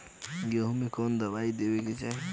गेहूँ मे कवन दवाई देवे के चाही?